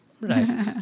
Right